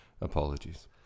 apologies